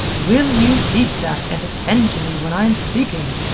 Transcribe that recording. will you cease that, and attend to me when i am speaking?